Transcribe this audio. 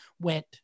went